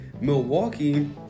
Milwaukee –